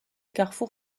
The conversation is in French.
carrefour